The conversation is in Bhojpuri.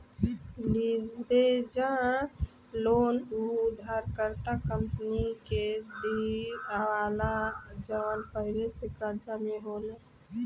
लीवरेज लोन उ उधारकर्ता कंपनी के दीआला जवन पहिले से कर्जा में होले